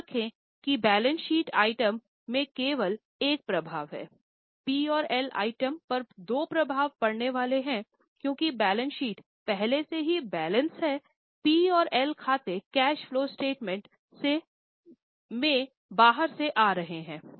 याद रखें कि बैलेंस शीट आइटम में केवल एक प्रभाव है पी और एल आइटम पर दो प्रभाव पड़ने वाले हैं क्योंकि बैलेंस शीट पहले से ही बैलेंस है पी और एल खाते कैश फलो स्टेटमेंट में बाहर से आ रहे हैं